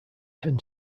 ten